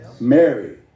Mary